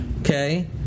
Okay